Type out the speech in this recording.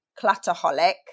clutterholic